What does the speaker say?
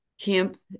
camp